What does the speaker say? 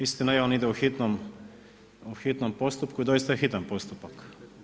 Istina i on ide u hitnom postupku i doista je hitan postupak.